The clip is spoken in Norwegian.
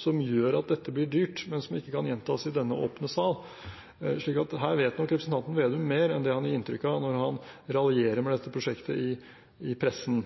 som gjør at dette blir dyrt, men som ikke kan gjentas i denne åpne sal, så her vet nok representanten Slagsvold Vedum mer enn det han gir inntrykk av når han raljerer med dette prosjektet i pressen.